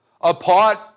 apart